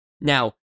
Now